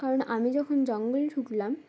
কারণ আমি যখন জঙ্গলে ঢুকলাম